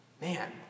man